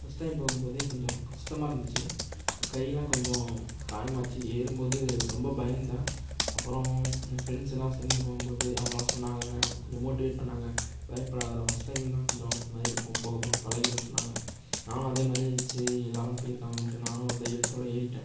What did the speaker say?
first time போகும் போதே கொஞ்சம் கஷ்டமாக இருந்துச்சு கையெலாம் கொஞ்சம் காயமாச்சு ஏறும் போது ரொம்ப பயந்தேன் அப்புறம் என் ஃப்ரெண்ட்ஸ் எல்லாம் சேர்ந்து போகும் போது அவங்கலாம் சொன்னாங்க கொஞ்சம் மோட்டிவேட் பண்ணாங்க பயப்படாதடா ஃபஸ்ட் டைம் தான் கொஞ்சம் இது மாதிரி இருக்கும் போக போக பழகிடும்னு சொன்னாங்க நானும் அதே மாதிரி சரி எல்லாரும் போயிருக்காங்களேன்ட்டு நானும் ஒரு தைரியத்தோடு ஏறிட்டேன்